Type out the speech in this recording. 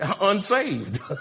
unsaved